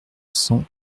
cent